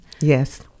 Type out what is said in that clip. Yes